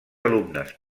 alumnes